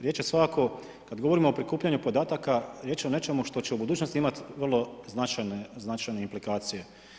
Riječ je svakako kad govorimo o prikupljanju podataka, riječ je o nečemu što će u budućnosti imati vrlo značajne implikacije.